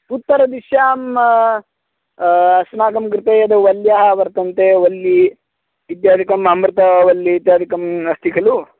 उत्तरदिश्याम् अस्माकं कृते यद्वल्याः वर्तन्ते वल्ली इत्यादिकम् अमृतवल्लि इत्यादिकम् अस्ति खलु